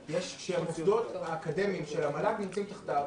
שמוסדות אקדמיים של המל"ג נמצאים תחתיו.